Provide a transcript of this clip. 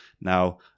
Now